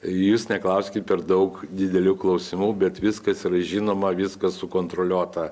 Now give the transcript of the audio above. jūs neklauskit per daug didelių klausimų bet viskas yra žinoma viskas sukontroliuota